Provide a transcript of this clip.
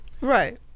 Right